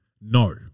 no